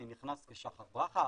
אני נכנס כשחר ברכה,